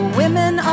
women